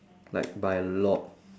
like by a lot